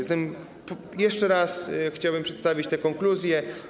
Zatem jeszcze raz chciałbym przedstawić tę konkluzję.